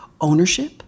ownership